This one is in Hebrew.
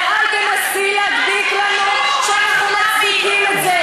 ואל תנסי להדביק לנו שאנחנו מצדיקים את זה.